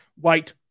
white